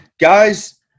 Guys